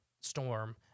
storm